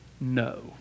No